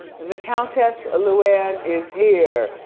the countess ah luann is here.